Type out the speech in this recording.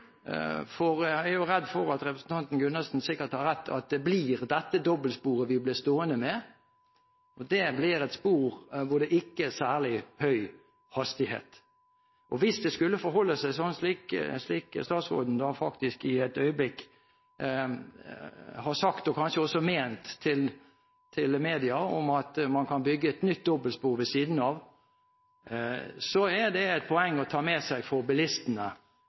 for jeg er redd for at representanten Gundersen sikkert har rett i at det blir dette dobbeltsporet vi blir stående med. Det blir et spor hvor det ikke er særlig høy hastighet. Hvis det skulle forholde seg slik som statsråden faktisk i et øyeblikk har sagt til media – og kanskje også ment – at man kan bygge et nytt dobbeltspor ved siden av, er det et poeng å ta med seg for bilistene